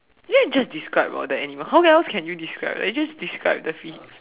then you just describe orh the animal how else can you describe they just describe the fea~